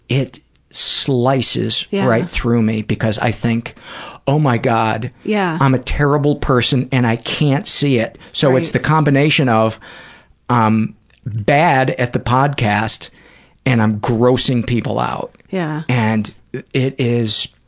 it slices right through me because i think oh my god, yeah i'm a terrible person and i can't see it. so it's the combination of um bad at the podcast and i'm grossing people out. yeah and it is,